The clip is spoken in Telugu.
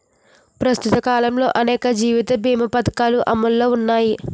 ప్రస్తుత కాలంలో అనేక జీవిత బీమా పధకాలు అమలులో ఉన్నాయి